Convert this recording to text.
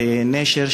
בנשר,